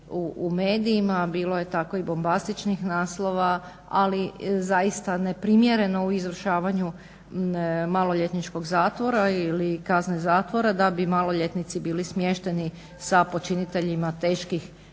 u medijima, a bilo je tako i bombastičnih naslova, ali zaista neprimjereno u izvršavanju maloljetničkog zatvora ili kazne zatvora, da bi maloljetnici bili smješteni sa počiniteljima teških kaznenih